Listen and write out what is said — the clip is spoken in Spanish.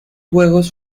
juegos